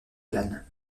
glane